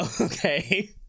Okay